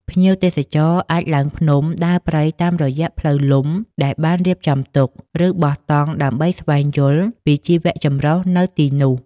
ភ្ញៀវទេសចរអាចឡើងភ្នំ ដើរព្រៃតាមរយៈផ្លូវលំដែលបានរៀបចំទុក ឬបោះតង់ដើម្បីស្វែងយល់ពីជីវៈចម្រុះនៅទីនោះ។